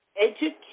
Education